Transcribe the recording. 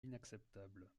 inacceptable